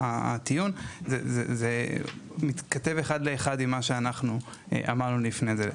הטיעון זה מתכתב אחד לאחד עם מה שאנחנו אמרנו לפני זה.